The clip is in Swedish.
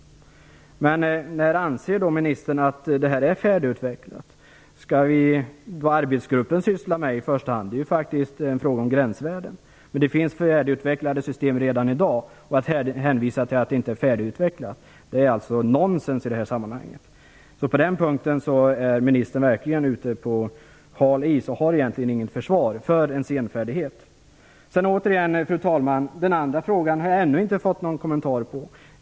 När anser ministern att metoderna är färdigutvecklade? Arbetsgruppen sysslar ju i första hand med frågan om gränsvärden. Det finns färdigutvecklade system redan i dag, så att hänvisa till att metoderna inte är färdigutvecklade är nonsens i det här sammanhanget. På den punkten är ministern ute på hal is. Hon har egentligen inget försvar för denna senfärdighet. Den andra frågan, fru talman, har jag ännu inte fått någon kommentar till.